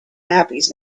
nappies